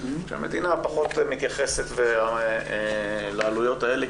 כי המדינה פחות מתייחסת לעלויות האלה,